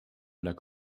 lack